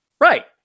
Right